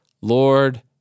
Lord